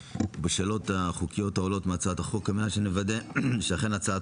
בשאלות החוקיות העלולות מהצעת החוק על מנת שנוודא שאכן הצעת